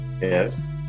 yes